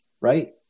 right